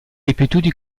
ripetuti